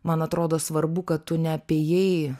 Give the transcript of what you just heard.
man atrodo svarbu kad tu neapėjai